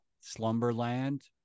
Slumberland